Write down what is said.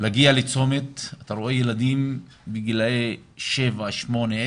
להגיע לצומת, אתה רואה ילדים בגילאי 7,8,10,